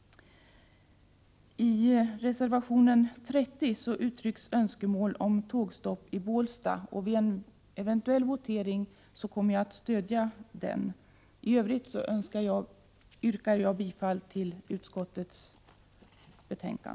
I reservationen 30 uttrycks önskemål om tågstopp i Bålsta. Vid en eventuell votering kommer jag att stödja den. I övrigt yrkar jag bifall till utskottets hemställan.